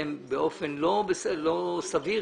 התנגדתם באופן לא סביר